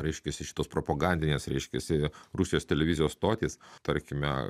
reiškiasi šitos propagandinės reiškiasi rusijos televizijos stotys tarkime